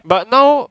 but now